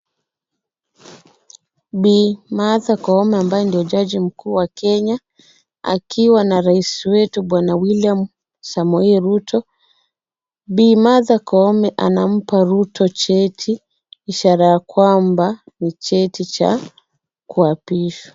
Bi Martha Koome ambaye ndio jaji mkuu wa Kenya akiwa na rais wetu bwana William Samoei Ruto. Bi Martha Koome anampa Ruto cheti ishara ya kwamba ni cheti cha kuapishwa.